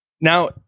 Now